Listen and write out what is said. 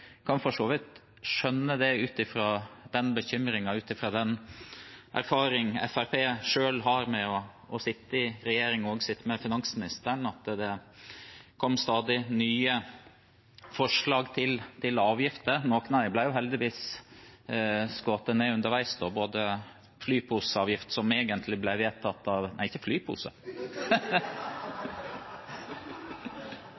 kan for så vidt skjønne den bekymringen, ut fra den erfaringen Fremskrittspartiet selv har med å sitte i regjering og sitte med finansministeren. Det kom stadig nye forslag til avgifter. Noen av dem ble heldigvis skutt ned underveis, både flyposeavgift, som egentlig ble vedtatt av ... Nei, ikke